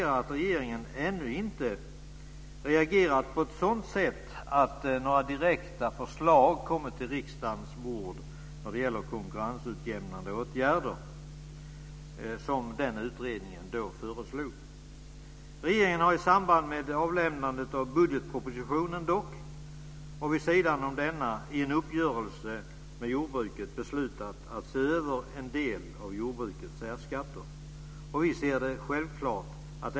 Regeringen har i samband med avlämnandet av budgetpropositionen och vid sidan av denna i en uppgörelse med jordbruket beslutat att se över en del av jordbrukets särskatter.